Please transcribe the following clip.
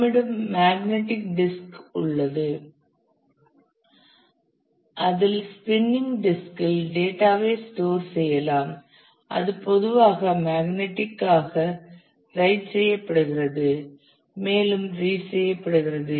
நம்மிடம் magnetic disk உள்ளது அதில் ஸ்பின்னிங் டிஸ்கில் டேட்டா ஐ ஸ்டோர் செய்யலாம் அது பொதுவாக மேக்னெட்டிக்காக ரைட் செய்யப்படுகிறது மற்றும் ரீட் செய்யப்படுகிறது